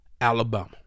Alabama